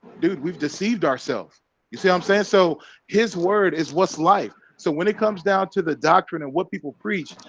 dude we've deceived ourselves you say i'm saying so his word is what's life so when it comes down to the doctrine and what people preach,